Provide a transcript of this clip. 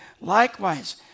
Likewise